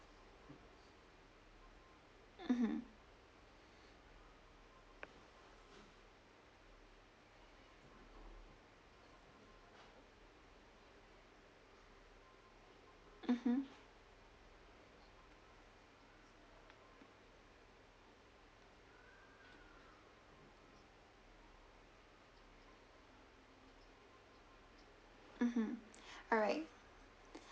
mmhmm mmhmm mmhmm alright